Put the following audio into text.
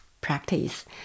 practice